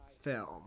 film